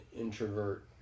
introvert